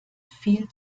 viel